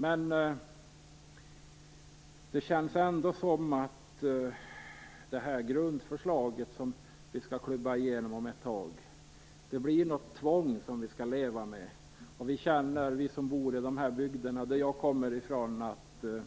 Men det känns ändå som att grundförslaget, som vi skall klubba igenom om ett tag, blir ett tvång som vi måste leva med. I de bygder jag kommer från känner vi att